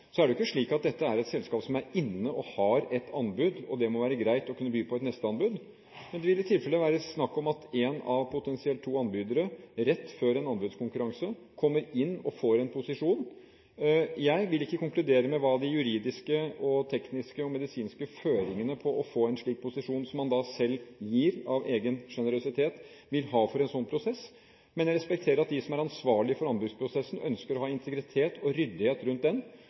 Det er ikke slik at dette er et selskap som er inne og har et anbud, og det må være greit å kunne by på et neste anbud, men det ville i tilfellet være snakk om at en av potensielt to anbydere rett før en anbudskonkurranse kommer inn og får en posisjon. Jeg vil ikke konkludere med hva de juridiske, tekniske og medisinske føringene for å få en slik posisjon som man da selv gir av egen generøsitet, vil ha for en slik prosess. Men jeg respekterer at de som er ansvarlige for anbudsprosessen, ønsker å ha integritet og ryddighet rundt den,